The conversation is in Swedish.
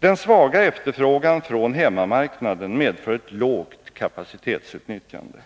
Den svaga efterfrågan från hemmamarknaden medför ett lågt kapacitetsutnyttjande.